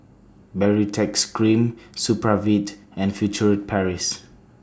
Baritex Cream Supravit and Furtere Paris